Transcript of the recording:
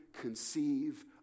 conceive